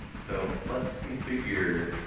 so let's configure